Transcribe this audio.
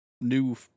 new